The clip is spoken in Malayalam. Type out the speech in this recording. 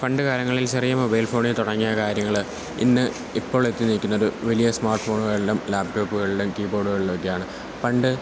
പണ്ടുകാലങ്ങളിൽ ചെറിയ മൊബൈൽ ഫോണില് തുടങ്ങിയ കാര്യങ്ങള് ഇന്ന് ഇപ്പോളെത്തിനില്ക്കുന്നത് വലിയ സ്മാർട്ട് ഫോണുകളിലും ലാപ്ടോപ്പുകളിലും കീബോഡുകളിലൊക്കെയാണ് പണ്ട്